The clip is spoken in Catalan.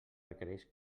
requerix